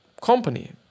company